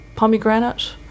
Pomegranate